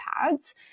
pads